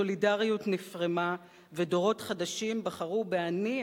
הסולידריות נפרמה ודורות חדשים בחרו ב"אני",